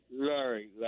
Larry